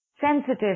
sensitive